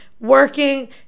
working